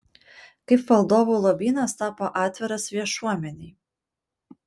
kaip valdovų lobynas tapo atviras viešuomenei